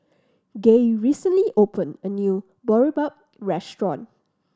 Gaye recently opened a new Boribap restaurant